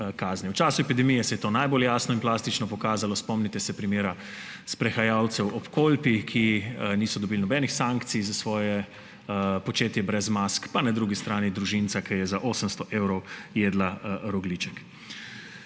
V času epidemije se je to najbolj jasno in plastično pokazalo. Spomnite se primera sprehajalcev ob Kolpi, ki niso dobili nobenih sankcij za svoje početje brez mask, pa na drugi strani družinica, ki je za 800 evrov jedla rogljiček.